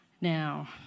Now